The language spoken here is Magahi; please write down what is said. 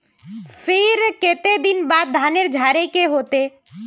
फिर केते दिन बाद धानेर झाड़े के होते?